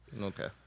Okay